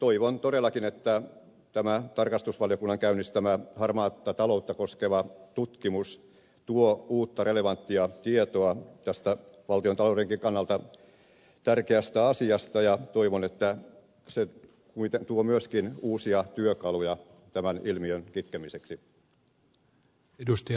toivon todellakin että tämä tarkastusvaliokunnan käynnistämä harmaata taloutta koskeva tutkimus tuo uutta relevanttia tietoa tästä valtiontaloudenkin kannalta tärkeästä asiasta ja toivon että se tuo myöskin uusia työkaluja tämän ilmiön kitkemiseksi